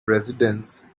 residence